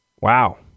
Wow